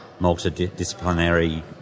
multidisciplinary